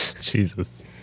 Jesus